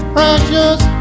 Precious